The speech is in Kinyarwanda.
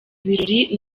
birori